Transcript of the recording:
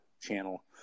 channel